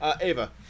Ava